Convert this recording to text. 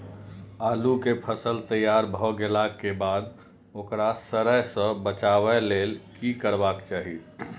आलू केय फसल तैयार भ गेला के बाद ओकरा सड़य सं बचावय लेल की करबाक चाहि?